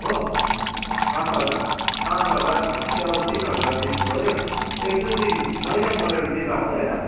हो पाँच हजार पाँच हजार भनेपछि अब तिन हजार दिनुपऱ्यो एक दुई दिन महिना मोरेर दिँदा हुँदैन